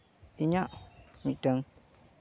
ᱤᱧᱟᱹᱜ ᱢᱤᱫᱴᱟᱹᱝ